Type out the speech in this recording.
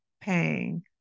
paying